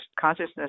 consciousness